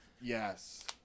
Yes